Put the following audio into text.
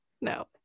no